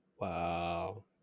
Wow